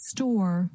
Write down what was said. Store